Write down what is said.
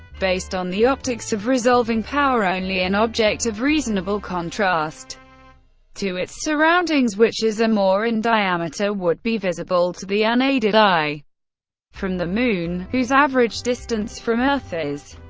based on the optics of resolving power only an object of reasonable contrast to its surroundings which is or more in diameter would be visible to the unaided eye eye from the moon, whose average distance from earth is.